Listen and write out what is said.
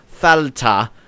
falta